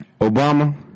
Obama